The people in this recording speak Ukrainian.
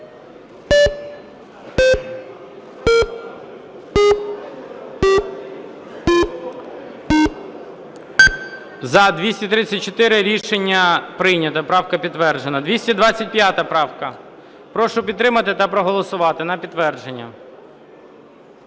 За-234 Рішення прийнято. Правка підтверджена. 225 правка. Прошу підтримати та проголосувати, на підтвердження.